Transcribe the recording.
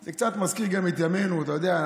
זה קצת מזכיר גם את ימינו, אתה יודע.